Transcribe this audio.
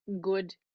good